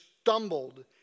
stumbled